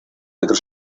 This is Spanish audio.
otros